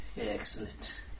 Excellent